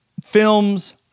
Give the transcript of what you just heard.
films